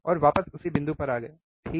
और वापस उसी बिंदु पर आ गए ठीक